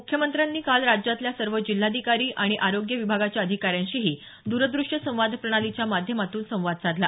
मुख्यमंत्र्यांनी काल राज्यातल्या सर्व जिल्हाधिकारी आणि आरोग्य विभागाच्या अधिकाऱ्यांशीही दूरदृश्यसंवाद प्रणालीच्या माध्यमातून संवाद साधला